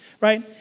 right